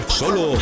solo